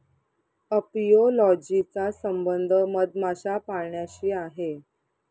apiology चा संबंध मधमाशा पाळण्याशी आहे